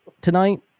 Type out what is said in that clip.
tonight